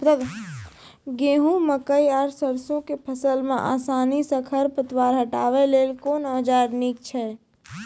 गेहूँ, मकई आर सरसो के फसल मे आसानी सॅ खर पतवार हटावै लेल कून औजार नीक है छै?